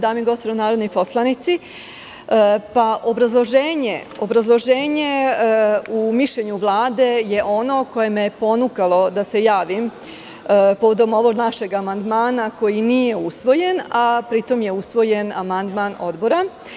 Dame i gospodo narodni poslanici, obrazloženje u mišljenju Vlade je ono koje me je ponukalo da se javim, povodom ovog našeg amandmana, koji nije usvojen, a usvojen je amandman Odbora.